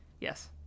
yes